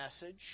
message